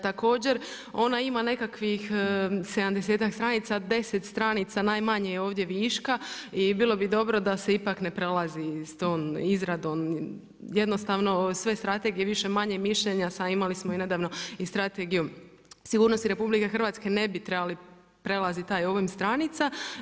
Također ona ima nekakvih 70-ak stranica, 10 stranica najmanje je ovdje viška i bilo bi dobro da se ipak ne prelazi sa tom izradom, jednostavno sve strategije više, manje i mišljenja a imali smo i nedavno i Strategiju sigurnosti RH ne bi trebali prelaziti taj obim stranica.